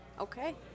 Okay